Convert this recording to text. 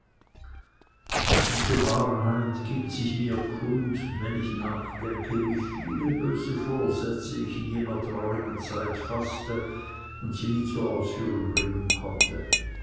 diese wahrheit gibt sich mir kund wenn ich nachdenke wie viele böse vorsätze ich in jener traurigen zeit faßte sie aber nie zur ausführung bringen konnte